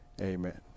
amen